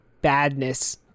badness